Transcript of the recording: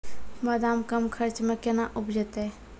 बादाम कम खर्च मे कैना उपजते?